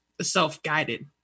self-guided